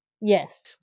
yes